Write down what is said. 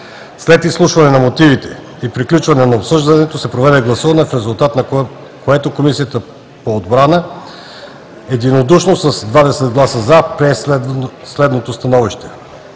След изслушване на мотивите и приключване на обсъждането се проведе гласуване, в резултат на което Комисията по отбрана единодушно, с 20 гласа „за“, прие следното становище: